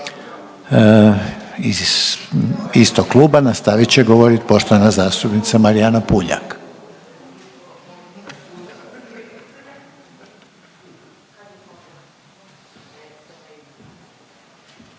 Iz istog kluba nastavit će govorit poštovana zastupnica Marijana Puljak.